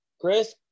Chris